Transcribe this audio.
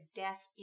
death